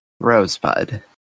Rosebud